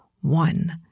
one